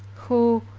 who,